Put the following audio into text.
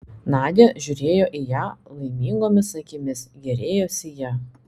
nadia žiūrėjo į ją laimingomis akimis gėrėjosi ja